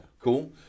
Cool